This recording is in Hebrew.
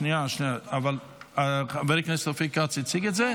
שנייה, אבל חבר הכנסת אופיר כץ כבר הציג את זה?